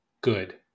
good